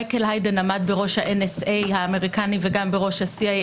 מייקל היידן עמד בראש ה-NSA האמריקני וגם בראש ה-CIA,